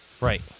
right